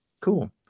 Cool